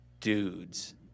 dudes